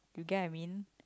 you get what I mean